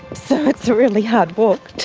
so it's a really hard walk